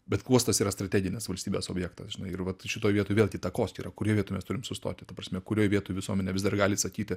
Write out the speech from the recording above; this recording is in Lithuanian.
bet uostas yra strateginis valstybės objektas žinai ir vat šitoj vietoj vėlgi takoskyra kurioj vietoj mes turim sustoti ta prasme kurioj vietoj visuomenė vis dar gali sakyti